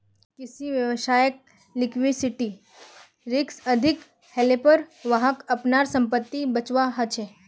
किसी व्यवसायत लिक्विडिटी रिक्स अधिक हलेपर वहाक अपनार संपत्ति बेचवा ह छ